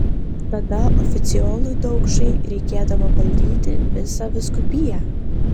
tada oficiolui daukšai reikėdavo valdyti visą vyskupiją